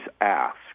ask